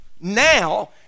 now